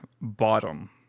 bottom